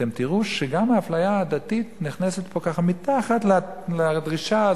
ואתם תראו שגם האפליה העדתית נכנסת פה ככה מתחת לדרישה הזאת,